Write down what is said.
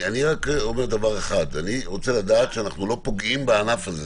אני רק אומר דבר אחד: אני רוצה לדעת שאנחנו לא פוגעים בענף הזה,